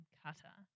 cutter